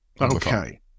Okay